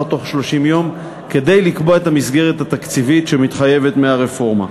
בתוך 30 יום כדי לקבוע את המסגרת התקציבית שמתחייבת מהרפורמה.